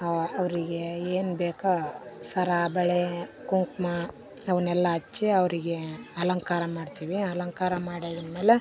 ಅ ಅವರಿಗೇ ಏನು ಬೇಕೋ ಸರ ಬಳೆ ಕುಂಕುಮ ಅವ್ನೆಲ್ಲಾ ಹಚ್ಚಿ ಅವರಿಗೇ ಅಲಂಕಾರ ಮಾಡ್ತೀವಿ ಅಲಂಕಾರ ಮಾಡಿ ಆಗಿದ್ಮೇಲೆ